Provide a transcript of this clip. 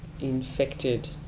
infected